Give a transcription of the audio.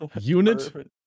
unit